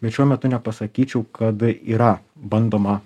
bet šiuo metu nepasakyčiau kad yra bandoma